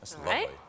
Right